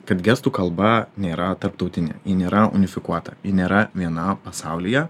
kad gestų kalba nėra tarptautinė ji nėra unifikuota ji nėra viena pasaulyje